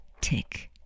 Tick